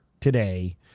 today